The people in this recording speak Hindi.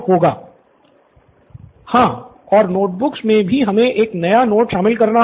स्टूडेंट सिद्धार्थ हां और नोट बुक्स मे भी हमें एक नया नोट शामिल करना होगा